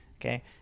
Okay